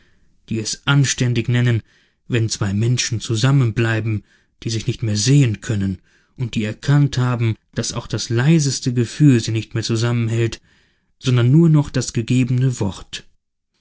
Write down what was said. die es anständig nennen wenn zwei menschen zusammenbleiben die sich nicht mehr sehen können und die erkannt haben daß auch das leiseste gefühl sie nicht mehr zusammenhält sondern nur noch das gegebene wort